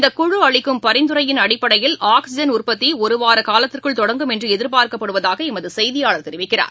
இந்தக்குழுஅளிக்கும் பரிந்துரையின் அடிப்படையில் ஆக்சிஜன் உற்பத்திஒருவாரகாலத்திற்குள் தொடங்கும் என்றுஎதிர்பார்க்கப்படுவதாகளமதுசெய்தியாளர் தெரிவிக்கிறார்